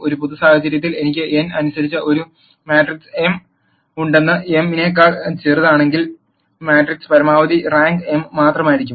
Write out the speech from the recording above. ഒരു പൊതു സാഹചര്യത്തിൽ എനിക്ക് n അനുസരിച്ച് ഒരു മാട്രിക്സ് m ഉണ്ടെങ്കിൽ m n നേക്കാൾ ചെറുതാണെങ്കിൽ മാട്രിക്സിന്റെ പരമാവധി റാങ്ക് m മാത്രമായിരിക്കും